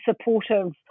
supportive